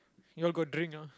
y'all got drink ah